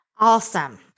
Awesome